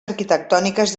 arquitectòniques